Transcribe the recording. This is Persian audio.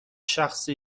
شخصی